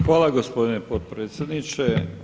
Hvala gospodine potpredsjedniče.